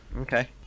Okay